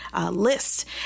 list